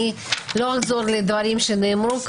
אני לא אחזור על הדברים שכבר נאמרו,